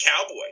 Cowboy